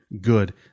good